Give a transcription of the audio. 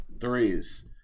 Threes